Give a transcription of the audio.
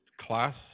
class